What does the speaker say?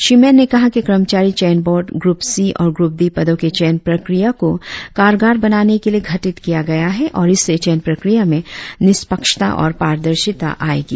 श्री मैन ने कहा कि कर्मचारी चयन बोर्ड ग्रुप सी और ग्रप डी पदों के चयन प्रक्रिया को कारगर बनाने के लिए गठित किया गया है और इससे चयन प्रक्रिया में निष्पक्षता और पारदर्शिता आएगा